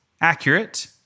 accurate